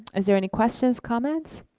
is there any questions, comments?